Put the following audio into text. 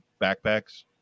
backpacks